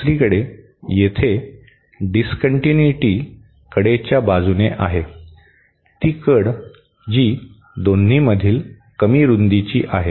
दुसरीकडे येथे डीसकंटिन्यूटी कडेच्या बाजूने आहे ती कड जी दोन्हीमधील कमी रुंदीची आहे